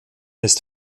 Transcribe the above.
ist